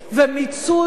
ומיצוי